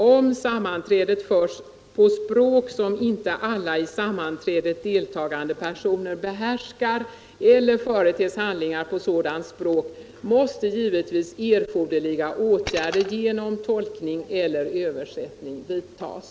Om sammanträdet förs på språk som inte alla i sammanträdet deltagande personer behärskar eller företes handlingar på sådant språk måste givetvis erforderliga åtgärder genom tolkning eller översättning vidtas.”